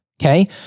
Okay